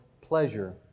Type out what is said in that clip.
pleasure